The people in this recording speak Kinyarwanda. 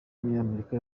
w’umunyamerika